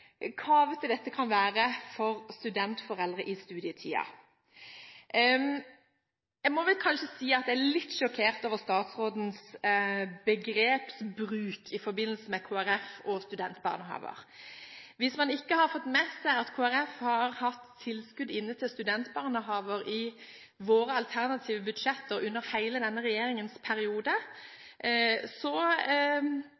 dette kan være for studentforeldre i studietiden. Jeg må vel si at jeg er litt sjokkert over statsrådens begrepsbruk i forbindelse med Kristelig Folkeparti og studentbarnehager. Hvis man ikke har fått med seg at Kristelig Folkeparti har hatt tilskudd inne til studentbarnehager i våre alternative budsjetter under hele denne regjeringens